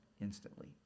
instantly